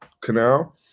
canal